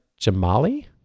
Jamali